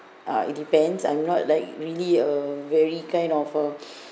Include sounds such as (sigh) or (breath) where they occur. uh it depends I'm not like really a very kind of a (breath)